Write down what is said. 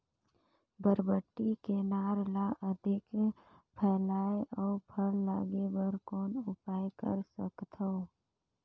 बरबट्टी के नार ल अधिक फैलाय अउ फल लागे बर कौन उपाय कर सकथव?